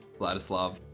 Vladislav